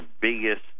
biggest